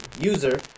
user